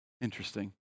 interesting